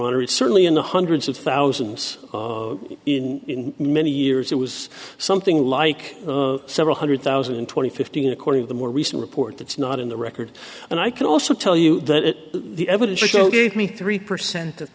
honor is certainly in the hundreds of thousands in many years it was something like several hundred thousand and twenty fifteen according to the more recent report that's not in the record and i can also tell you that the evidence show gave me three percent of